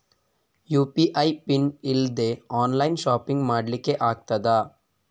UPI PIN ಇಲ್ದೆ online shopping ಮಾಡ್ಲಿಕ್ಕೆ ಆಗ್ತದಾ?